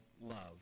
love